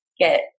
get